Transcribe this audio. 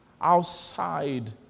outside